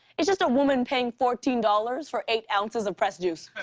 it's just a woman paying fourteen dollars for eight ounces of pressed juice.